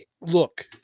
Look